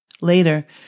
Later